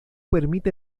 permite